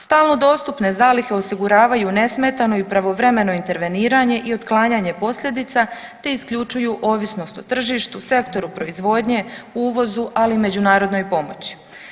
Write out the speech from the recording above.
Stalno dostupne zalihe osiguravaju nesmetano i pravovremeno interveniranje i otklanjanje posljedica te isključuju ovisnost o tržištu, sektoru proizvodnje, uvozu, ali i međunarodnoj pomoći.